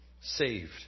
Saved